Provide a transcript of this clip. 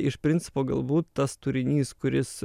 iš principo galbūt tas turinys kuris